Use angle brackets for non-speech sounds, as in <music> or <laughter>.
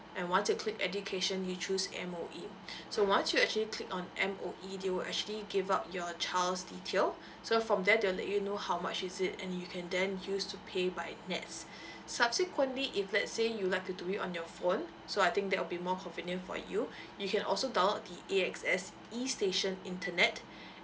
and once you click education you choose M_O_E <breath> so once you actually click on M_O_E they will actually gave out your child's detail <breath> so from there they'll let you know how much is it and you can then use to pay by nets <breath> subsequently if let's say you like it to be on your phone so I think that will be more convenient for you <breath> you can also download the A_X_S e station internet <breath>